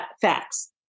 facts